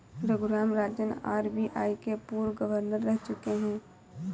Raghuram Rajan RBI के पूर्व governor रह चुके हैं